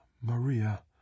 Maria